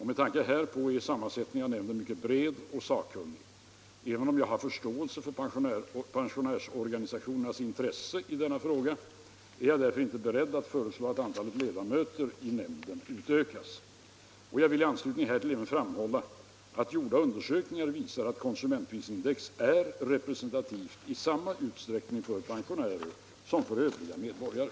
Med tanke härpå är sammansättningen av nämnden mycket bred och sakkunnig. Även om jag har förståelse för pensionärsorganisationernas intresse i denna fråga är jag därför inte beredd att föreslå att antalet ledamöter i indexnämnden utökas. Jag vill i anslutning härtill även framhålla att gjorda undersökningar visar att konsumentprisindex är representativt i samma utsträckning för pensionärer som för övriga medborgare.